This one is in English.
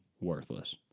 worthless